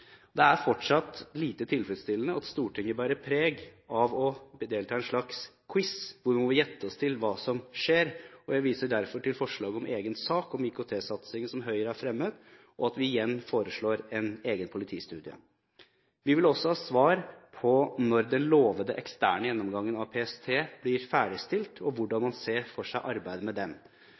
Det er fortsatt lite tilfredsstillende at Stortinget bærer preg av å delta i en slags quiz, hvor vi må gjette oss til hva som skjer, og jeg viser derfor til forslaget om egen sak om IKT-satsingen som Høyre har fremmet, og at vi igjen foreslår en egen politistudie. Vi vil også ha svar på når den lovede eksterne gjennomgangen av PST blir ferdigstilt, og hvordan man ser for seg arbeidet med